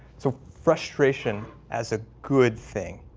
so frustration as a good thing.